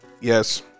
Yes